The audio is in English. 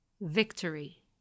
Victory